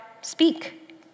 speak